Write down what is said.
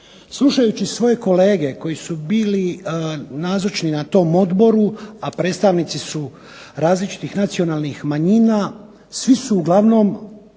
Slušajući svoje kolege koji su bili nazočni na tom odboru, a predstavnici su različitih nacionalnih manjina, svi su uglavnom